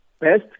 best